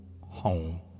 home